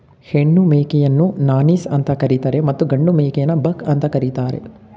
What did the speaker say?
ಹೆಣ್ಣು ಮೇಕೆಯನ್ನು ನಾನೀಸ್ ಅಂತ ಕರಿತರೆ ಮತ್ತು ಗಂಡು ಮೇಕೆನ ಬಕ್ ಅಂತ ಕರಿತಾರೆ